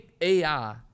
AI